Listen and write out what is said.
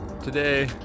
today